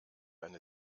eine